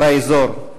באזור,